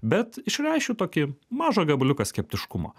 bet išreišiu tokį mažą gabaliuką skeptiškumo